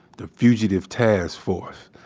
the fugitive task force,